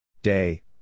Day